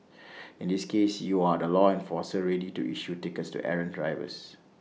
in this case you are the law enforcer ready to issue tickets to errant drivers